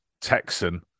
Texan